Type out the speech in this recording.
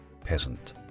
peasant